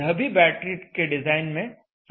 यह भी बैटरी के डिजाइन में सहायक है